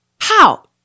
How